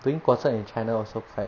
doing 国政 in china also quite